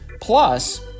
plus